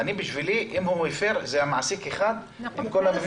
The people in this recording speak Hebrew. אני בשבילי, אם הוא הפר, זה מעסיק אחד בכל המבנים.